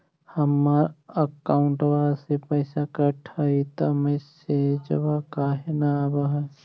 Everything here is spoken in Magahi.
हमर अकौंटवा से पैसा कट हई त मैसेजवा काहे न आव है?